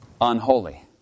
unholy